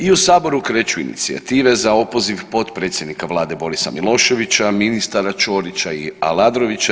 I u Saboru kreću inicijative za opoziv potpredsjednika Vlade Borisa Miloševića, ministra Ćorića i Aladrovića.